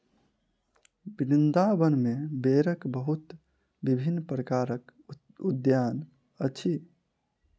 वृन्दावन में बेरक बहुत विभिन्न प्रकारक उद्यान अछि